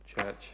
church